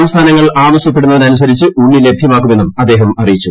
സംസ്ഥാനങ്ങൾ ആവശ്യപ്പെടുന്നതനുസരിച്ച് ഉള്ളി ലഭ്യമാക്കുമെന്നും അദ്ദേഹം അറിയിച്ചു